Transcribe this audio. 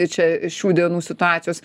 čia šių dienų situacijos